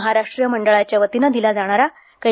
महाराष्ट्रीय मंडळाच्या वतीने दिला जाणारा कै